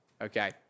okay